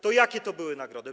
To jakie to były nagrody?